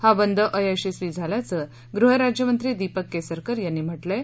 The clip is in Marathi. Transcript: हा बंद अयशस्वी झाला असल्याचं गृह राज्यमंत्री दीपक केसरकर यांनी म्हटलं आहे